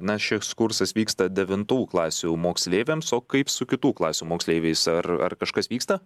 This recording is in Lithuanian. na šis kursas vyksta devintų klasių moksleiviams o kaip su kitų klasių moksleiviais ar ar kažkas vyksta